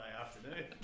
afternoon